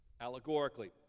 allegorically